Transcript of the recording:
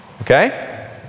Okay